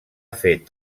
fet